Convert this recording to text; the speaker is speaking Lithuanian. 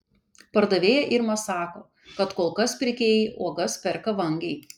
pardavėja irma sako kad kol kas pirkėjai uogas perka vangiai